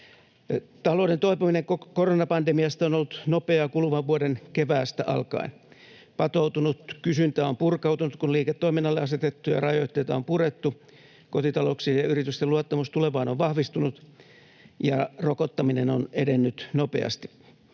Talouden toipuminen koronapandemiasta on ollut nopeaa kuluvan vuoden keväästä alkaen. Patoutunut kysyntä on purkautunut, kun liiketoiminnalle asetettuja rajoitteita on purettu. Kotitalouksien ja yritysten luottamus tulevaan on vahvistunut, ja rokottaminen on edennyt nopeasti.